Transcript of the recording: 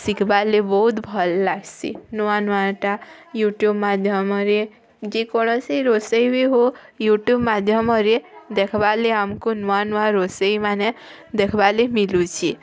ଶିଖିବାଲି ବହୁତ ଭଲ୍ ଲାଗ୍ସି ନୂଆ ନୂଆଟା ୟୁଟ୍ୟୁବ୍ ମାଧ୍ୟମରେ ଯେକୌଣସି ରୋଷେଇ ବି ହଉ ୟୁଟ୍ୟୁବ୍ ମାଧ୍ୟମରେ ଦେଖ୍ବାଲେ ଆମ୍କୁ ନୂଆ ନୂଆ ରୋଷେଇମାନେ ଦେଖ୍ବାଲି ମିଲୁଛି